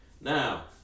Now